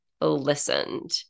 listened